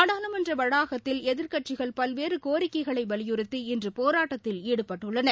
நாடாளுமன்ற வளாகத்தில் எதிர்க்கட்சிகள் பல்வேறு கோரிக்கைகளை வலியுறுத்தி இன்று போராட்டத்தில் ஈடுபட்டுள்ளன